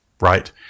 right